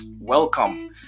welcome